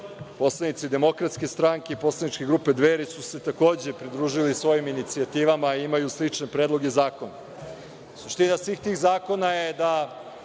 Poslanici Demokratske stranke i Poslaničke grupe „Dveri“ su se takođe pridružili svojim inicijativama i imaju slične predloge